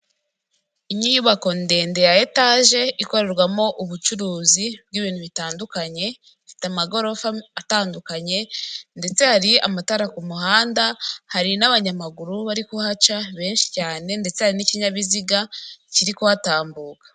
Inyubako ndende ya etaje, ikorerwamo ubucuruzi bw'ibintu bitandukanye, ifite amagorofa atandukanye ndetse hari amatara ku muhanda, hari n'abanyamaguru bari kuhaca benshi cyane ndetse hari n'ikinyabiziga kiri kuhatambuka.